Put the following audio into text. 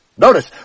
Notice